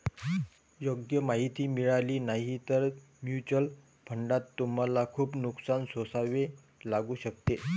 योग्य माहिती मिळाली नाही तर म्युच्युअल फंडात तुम्हाला खूप नुकसान सोसावे लागू शकते